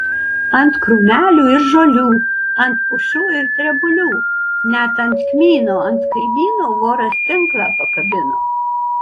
ant krūmelių ir žolių ant pušų ir drebulių net ant kmyno ant kaimyno voras tinklą pakabino